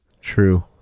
True